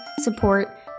support